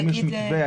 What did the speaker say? האם יש מתווה?